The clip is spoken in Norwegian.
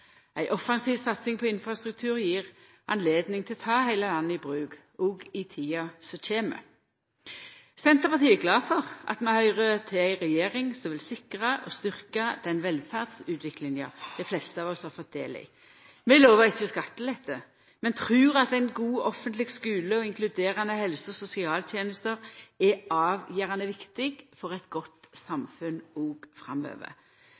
Ei offensiv satsing på infrastruktur gjev høve til å ta heile landet i bruk, òg i tida som kjem. Senterpartiet er glad for at vi høyrer til i ei regjering som vil sikra og styrkja den velferdsutviklinga dei fleste av oss har fått del i. Vi lovar ikkje skattelette, men trur at ein god offentleg skule og inkluderande helse- og sosialtenester er avgjerande viktig for eit godt samfunn òg framover.